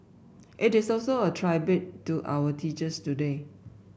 it is also a tribute to our teachers today